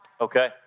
Okay